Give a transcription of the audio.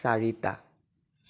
চাৰিটা